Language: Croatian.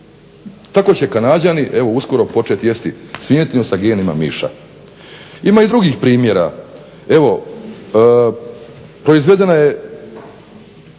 Tako će Kanađani evo uskoro početi jesti svinjetinu sa genima miša. Ima i drugih primjera.